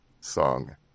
song